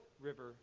river